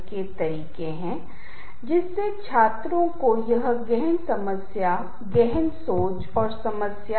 आप पाते हैं कि एक अध्ययन में जहां हम चाहते थे कि लोग संगीत को दूसरे आयाम के साथ जोड़ दें जो कि दृश्य आयाम है